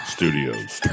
Studios